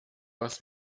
was